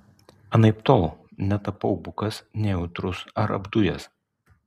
anaiptol netapau bukas nejautrus ar apdujęs